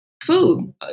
food